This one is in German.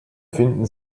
finden